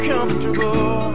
Comfortable